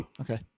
okay